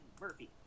Murphy